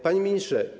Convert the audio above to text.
Panie Ministrze!